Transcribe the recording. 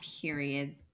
period